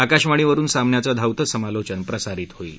आकाशवाणीवरुन सामन्यांचं धावतं समालोचन प्रसारित होईल